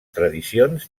tradicions